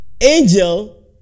angel